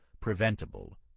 preventable